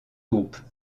groupe